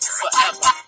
forever